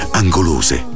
angolose